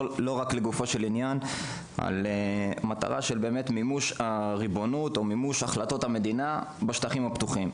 1. מימוש הריבונות והחלטות המדינה בשטחים הפתוחים.